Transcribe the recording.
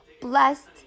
blessed